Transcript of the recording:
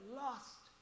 lost